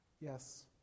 Yes